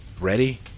Ready